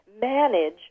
manage